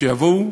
לדעתי, שיבואו,